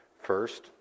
First